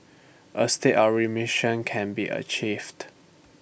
A state of remission can be achieved